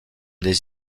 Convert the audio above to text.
des